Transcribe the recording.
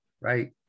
right